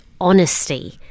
honesty